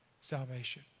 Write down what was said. Salvation